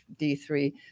D3